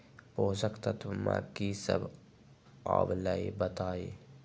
पोषक तत्व म की सब आबलई बताई?